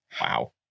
Wow